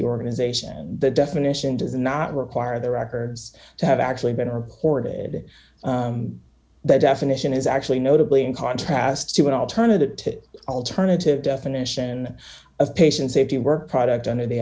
organization the definition does not require the records to have actually been recorded the definition is actually notably in contrast to an alternative to alternative definition of patient safety work product under the